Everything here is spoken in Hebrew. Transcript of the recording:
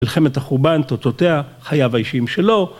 מלחמת החורבן, תוצאותיה, חייו האישיים שלו.